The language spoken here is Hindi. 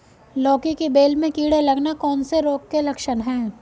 लौकी की बेल में कीड़े लगना कौन से रोग के लक्षण हैं?